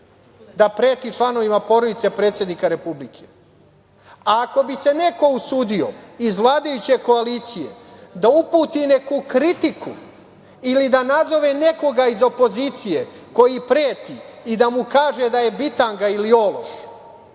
da preti članovima porodice predsednika Republike? Ako bi se neko usudio iz vladajuće koalicije da uputi neku kritiku ili da nazove nekoga iz opozicije koji preti i da mu kaže da je bitanga ili ološ,